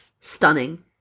Stunning